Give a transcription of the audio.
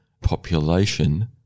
population